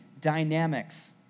dynamics